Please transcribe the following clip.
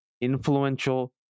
influential